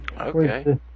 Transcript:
okay